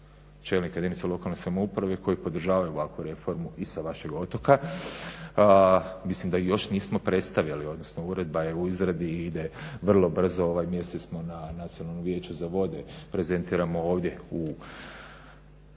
čelnika jedinica lokalne samouprave koji podržavaju ovakvu reformu i sa vašeg otoka. Mislim da još nismo predstavili, odnosno uredba je u izradi i ide vrlo brzo ovaj i misli smo na nacionalnom vijeću za vode prezentiramo ovdje u